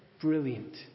brilliant